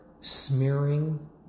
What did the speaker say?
smearing